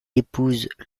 épouse